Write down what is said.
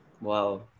Wow